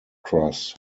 cross